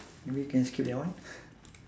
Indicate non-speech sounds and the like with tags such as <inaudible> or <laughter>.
maybe we can skip that one <breath>